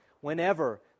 whenever